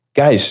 guys